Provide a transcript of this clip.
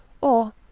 Or